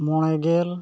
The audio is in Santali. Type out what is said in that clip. ᱢᱚᱬᱮ ᱜᱮᱞ